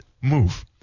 move